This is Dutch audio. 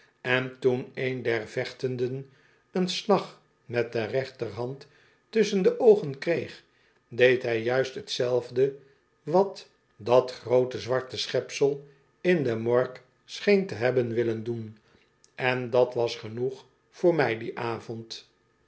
en toen een der vechtenden een slag met de rechterhand tusschen de oogen kreeg deed hij juist t zelfde wat dat groote zwarte schepsel in de morgue scheen te hebben willen doen en dat was genoeg voor mij ditsn avonder